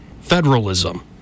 federalism